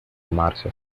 amarse